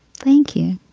thank you.